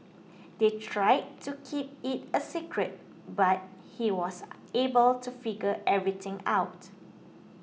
they tried to keep it a secret but he was able to figure everything out